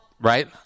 right